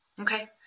Okay